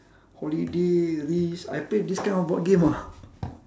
holiday risk I played this kind of board game ah